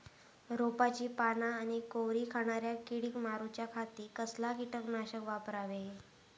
रोपाची पाना आनी कोवरी खाणाऱ्या किडीक मारूच्या खाती कसला किटकनाशक वापरावे?